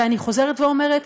ואני חוזרת ואומרת: